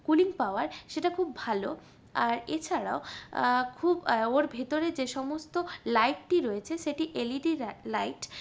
cooling power সেটা খুব ভালো আর এছাড়াও খুব ওর ভেতরে যে সমস্ত লাইটটি রয়েছে সেটি এলইডি লাইট